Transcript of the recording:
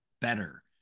better